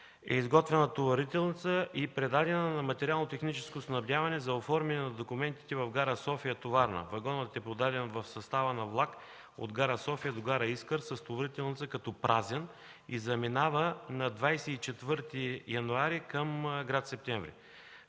е изготвена товарителница и предадена на Материално-техническо снабдяване за оформяне на документите в гара София – товарна. Вагонът е подаден в състава на влак от гара София до гара Искър с товарителница като празен и заминава на 24 януари към град Септември.